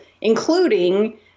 including